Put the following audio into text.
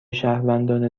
شهروندان